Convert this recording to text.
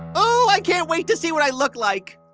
ooh, i can't wait to see what i look like